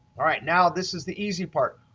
all right now this is the easy part,